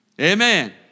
Amen